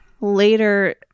later